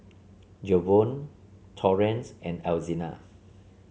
Jevon Torrence and Alzina